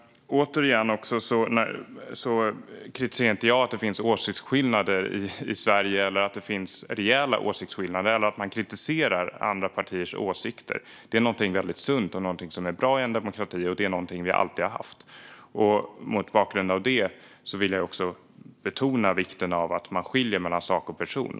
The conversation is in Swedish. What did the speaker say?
Återigen: Jag kritiserar inte att det finns åsiktsskillnader i Sverige, rejäla åsiktsskillnader, eller att man kritiserar andra partiers åsikter. Det är något väldigt sunt och något som är bra i en demokrati, och det är något vi alltid har haft. Mot bakgrund av det vill jag också betona vikten av att man skiljer på sak och person.